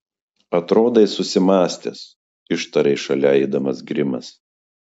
atrodai susimąstęs ištarė šalia eidamas grimas